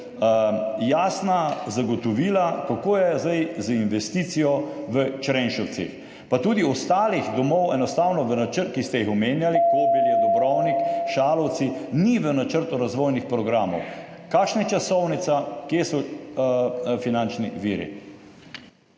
jasna zagotovila, kako je zdaj z investicijo v Črenšovcih. Tudi ostalih domov, ki ste jih omenjali, Kobilje, Dobrovnik, Šalovci, enostavno ni v načrtu razvojnih programov. Kakšna je časovnica, kje so finančni viri?